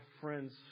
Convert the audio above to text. friends